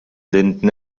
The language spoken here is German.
linden